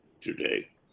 today